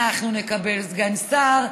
אנחנו נקבל סגן שר,